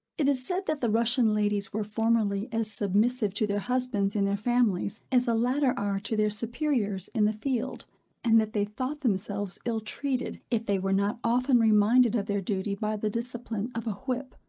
it is said that the russian ladies were formerly as submissive to their husbands in their families, as the latter are to their superiors in the field and that they thought themselves ill treated, if they were not often reminded of their duty by the discipline of a whip,